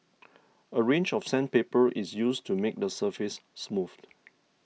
a range of sandpaper is used to make the surface smooth